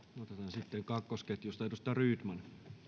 sitten kakkosketjusta edustaja rydman